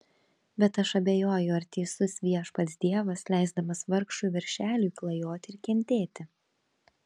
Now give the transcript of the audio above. bet aš abejoju ar teisus viešpats dievas leisdamas vargšui veršeliui klajoti ir kentėti